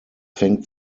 fängt